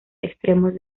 extremos